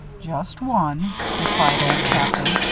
just one, replied old captain,